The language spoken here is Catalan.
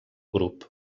grup